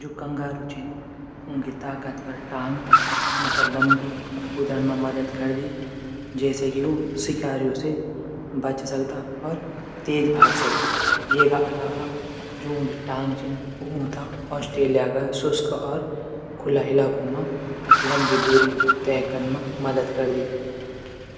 जू कंगारू छिन ऊंकी ताकतवर टांग लंबी कुथण मा मदद करदी। जैसे की उ शिकारियों से बच सकदा तेज भाग सकदा एक अलावा ऊंकी टांग छन ऊंथै आस्ट्रेलिया क शुष्क और खुला इलाकों मा लंबी दूरी तय कन मा मदद करदी।।